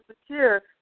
secure